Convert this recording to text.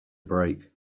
break